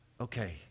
Okay